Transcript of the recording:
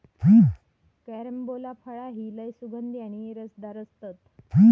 carambola फळा ही लय सुगंधी आणि रसदार असतत